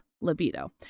libido